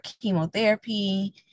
chemotherapy